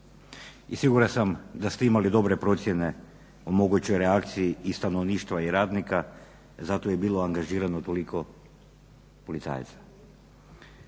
i siguran sam da ste imali dobre procjene o mogućoj reakciji i stanovništva i radnika. Zato je bilo angažirano toliko policajaca.